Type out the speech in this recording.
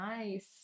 nice